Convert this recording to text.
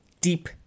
deep